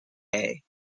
hay